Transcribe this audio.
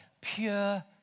pure